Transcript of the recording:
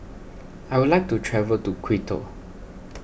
I would like to travel to Quito